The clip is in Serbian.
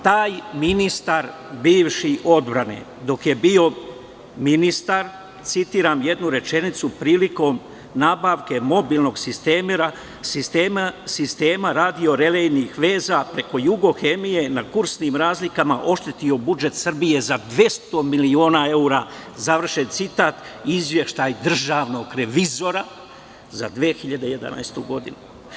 Taj bivši ministar odbrane, dok je bio ministar, citiram jednu rečenicu, prilikom nabavke mobilnog sistema radio relejnih veza preko „Jugohemije“, na kursnim razlikama oštetio budžet Srbije za 200 miliona evra, završen citat, izveštaj Državnog revizora za 2011. godinu.